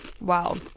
Wow